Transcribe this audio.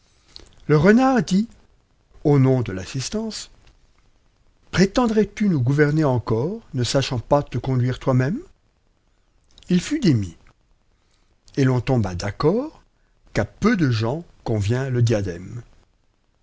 le renard dit au nom de l'assistance prétend rai s tu neus gouverner encor ne sachant pas te conduire toi m me il fut démis et l'on tomba d'accord qu'à pende gens convient le diadème